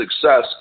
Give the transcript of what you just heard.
success